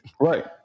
Right